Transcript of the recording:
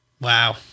Wow